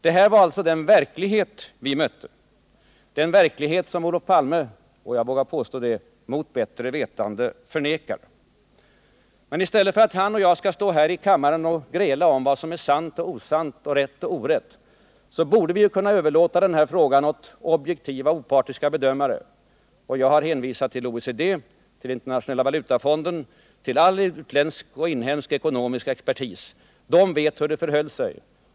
Detta var alltså den verklighet vi mötte, den verklighet som Olof Palme — jag vågar påstå: mot bättre vetande — förnekat. Men i stället för att han och jag skall stå här i kammaren och gräla om vad som är sant eller osant och rätt eller orätt, borde vi kunna överlåta den frågan åt objektiva och opartiska bedömare. Jag har därvid hänvisat till OECD, till internationella valutafonden och till all utländsk och inhemsk ekonomisk expertis. De vet hur det förhöll sig.